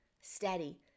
steady